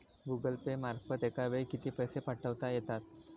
Google Pay मार्फत एका वेळी किती पैसे पाठवता येतात?